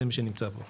אלה מה שנמצאים פה.